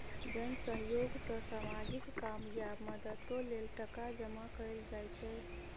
जन सहयोग सँ सामाजिक काम या मदतो लेल टका जमा कएल जाइ छै